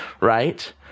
right